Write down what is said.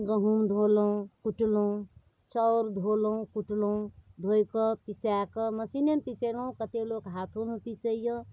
गहूम धोलहुँ कुटलहुँ चाउर धोलहुँ कुटलहुँ धोइकऽ पिसाकऽ मशीनेमे पिसेलहुँ कतेक लोक हाथोमे पिसैए